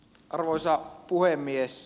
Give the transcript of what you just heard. arvoisa puhemies